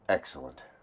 Excellent